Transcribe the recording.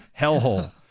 hellhole